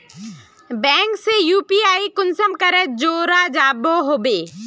Bank से UPI कुंसम करे जुड़ो होबे बो?